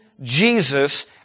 Jesus